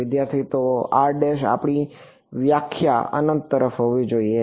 વિદ્યાર્થી તો આપણી વ્યાખ્યા અનંત તરફ હોવી જોઈએ